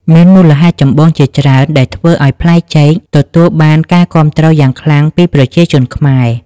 មានមូលហេតុចម្បងជាច្រើនដែលធ្វើឱ្យផ្លែចេកទទួលបានការគាំទ្រយ៉ាងខ្លាំងពីប្រជាជនខ្មែរ។